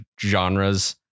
genres